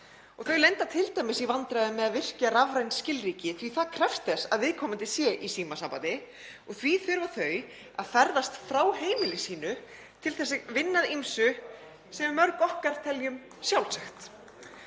Þau lenda t.d. í vandræðum með að virkja rafræn skilríki því það krefst þess að viðkomandi sé í símasambandi og því þurfa þau að ferðast frá heimili sínu til að vinna að ýmsu sem mörg okkar telja sjálfsagt.